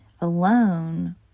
Alone